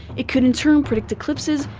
it could in turn predict eclipses,